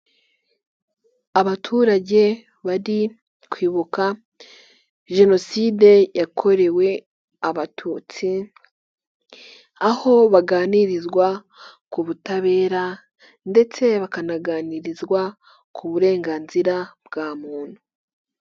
Abaturage bari kwibuka jenoside yakorewe abatutsi aho baganirizwa ku butabera ndetse bakanaganirizwa ku burenganzira bwa muntu.